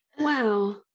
Wow